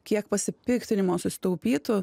kiek pasipiktinimo susitaupytų